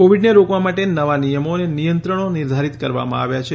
કોવિડને રોકવા માટે નવા નિયમો અને નિયંત્રણો નિર્ધારિત કરવામાં આવ્યા છે